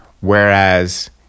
Whereas